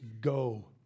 go